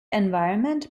environment